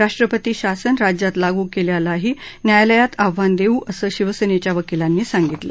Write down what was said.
राष्ट्रपती शासन राज्यात लागू केल्यालाही न्यायालयात आव्हान देऊ असं शिवसेनेच्या वकिलांनी सांगितलं